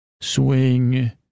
swing